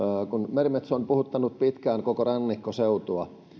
merimetso on puhuttanut pitkään koko rannikkoseutua